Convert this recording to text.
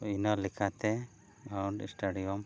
ᱤᱱᱟᱹ ᱞᱮᱠᱟᱛᱮ ground stadium